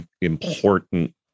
important